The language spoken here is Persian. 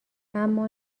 اما